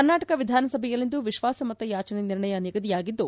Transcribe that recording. ಕರ್ನಾಟಕ ವಿಧಾನಸಭೆಯಲ್ಲಿಂದು ವಿಶ್ವಾಸಮತ ಯಾಚನೆ ನಿರ್ಣಯ ನಿಗದಿಯಾಗಿದ್ದು